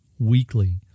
weekly